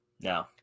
No